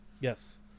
Yes